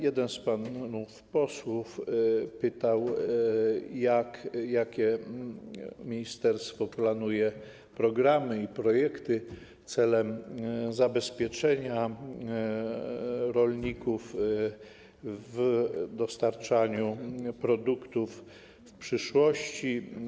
Jeden z panów posłów pytał, jakie ministerstwo planuje programy i projekty celem zabezpieczenia rolników w przypadku dostarczania produktów w przyszłości.